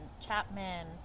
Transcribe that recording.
Chapman